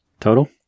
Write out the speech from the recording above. total